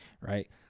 right